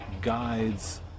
guides